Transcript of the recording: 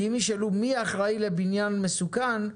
אם ישאלו מי אחראי לבניין מסוכן,